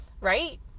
Right